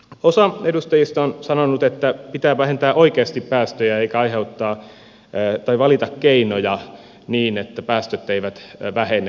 osa edustajista on sanonut että pitää vähentää oikeasti päästöjä eikä valita keinoja niin että päästöt eivät vähene